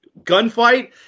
gunfight